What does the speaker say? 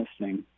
listening